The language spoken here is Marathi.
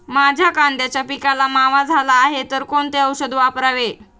माझ्या कांद्याच्या पिकाला मावा झाला आहे तर कोणते औषध वापरावे?